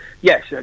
yes